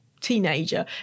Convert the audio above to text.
teenager